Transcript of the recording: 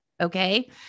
Okay